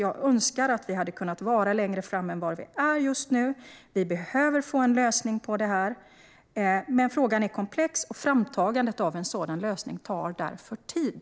Jag önskar att detta hade kunnat vara längre fram än vad det är just nu. Vi behöver få en lösning, men frågan är komplex. Framtagandet av en sådan lösning tar därför tid.